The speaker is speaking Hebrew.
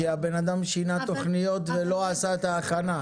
כי הבן אדם שינה תוכניות ולא עשה את ההכנה.